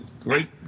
Great